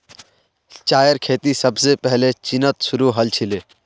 चायेर खेती सबसे पहले चीनत शुरू हल छीले